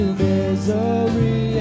misery